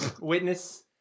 Witness